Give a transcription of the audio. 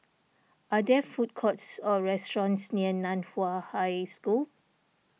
are there food courts or restaurants near Nan Hua High School